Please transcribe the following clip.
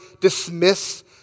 dismiss